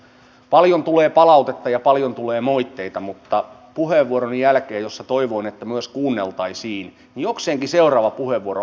paljon tulee palautetta ja paljon tulee moitteita mutta puheenvuoroni jälkeen jossa toivoin että myös kuunneltaisiin jokseenkin seuraava puheenvuoro alkoi